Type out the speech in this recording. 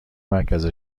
مرکز